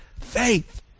faith